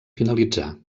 finalitzà